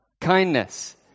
kindness